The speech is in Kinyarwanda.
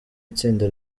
itsinda